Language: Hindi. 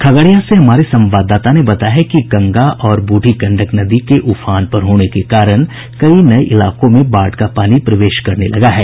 खगड़िया से हमारे संवाददाता ने बताया है कि गंगा और बूढ़ी गंडक नदी के उफान पर होने से नये इलाकों में बाढ़ का पानी प्रवेश करने लगा है